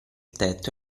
tetto